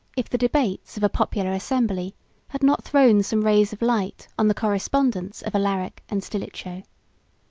if the debates of a popular assembly had not thrown some rays of light on the correspondence of alaric and stilicho.